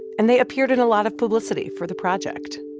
and they appeared in a lot of publicity for the project.